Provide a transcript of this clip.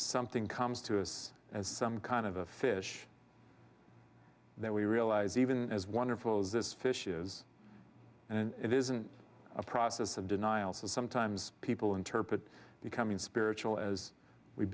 something comes to us as some kind of a fish that we realize even as wonderful as this fish is and it isn't a process of denial so sometimes people interpret becoming spiritual as we